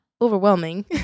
overwhelming